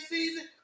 Season